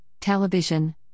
television